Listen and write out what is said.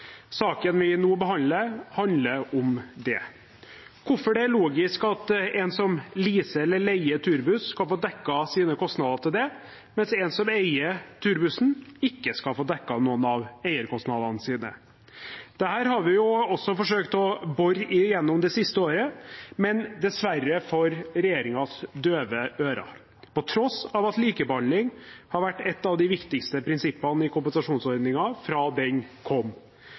Saken vi nå behandler, handler om det – hvorfor det er logisk at en som leaser eller leier turbuss, kan få dekket sine kostnader til det, mens en som eier turbussen, ikke skal få dekket noen av eierkostnadene sine. Dette har vi forsøkt å bore i gjennom det siste året, men dessverre for regjeringens døve ører, på tross av at likebehandling har vært et av de viktigste prinsippene i kompensasjonsordningen fra den kom.